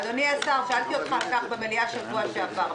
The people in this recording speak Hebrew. אדוני השר, שאלתי אותך על כך במליאה בשבוע שעבר.